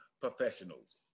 professionals